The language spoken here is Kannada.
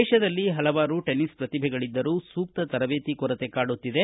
ದೇಶದಲ್ಲಿ ಪಲವಾರು ಟೆನ್ನಿಸ್ ಪ್ರತಿಭೆಗಳಿದ್ದರೂ ಸೂಕ್ತ ತರಬೇತಿ ಕೊರತೆ ಕಾಡುತ್ತಿದೆ